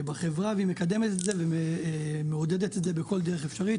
בחברה והיא מקדמת את זה ומעודד את זה בכל דרך אפשרית.